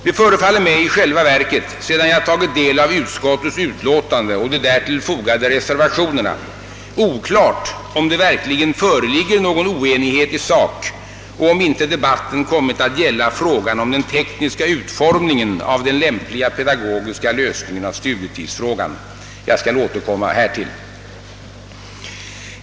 Det förefaller mig i själva verket, sedan jag tagit del av utskottets utlåtande och de därtill fogade reservationerna, oklart om det verkligen föreligger någon oenighet i sak och om inte debatten kommit att gälla frågan om den tekniska utformningen av den lämpliga pedagogiska lösningen av studietidsfrågan. Jag skall återkomma härtill.